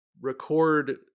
record